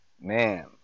man